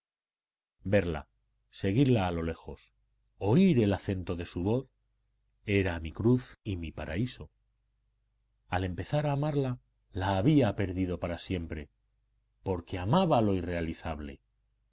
verla seguirla a lo lejos oír el acento de su voz era mi cruz y mi paraíso al empezar a amarla la había perdido para siempre porque amaba lo irrealizable